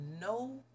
no